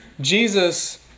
Jesus